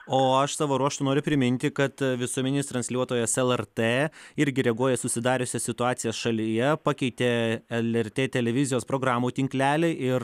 o aš savo ruožtu noriu priminti kad visuomeninis transliuotojas lrt irgi reaguoja į susidariusią situaciją šalyje pakeitė lrt televizijos programų tinklelį ir